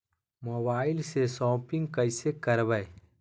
मोबाइलबा से शोपिंग्बा कैसे करबै?